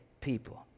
people